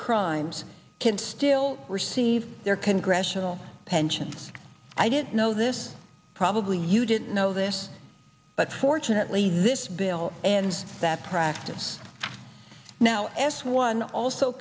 crimes can still receive their congressional pensions i didn't know this probably you didn't know this but fortunately this bill and that practice now s one also